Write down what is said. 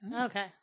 Okay